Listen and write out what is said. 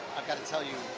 i've gotta tell you,